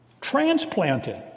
transplanted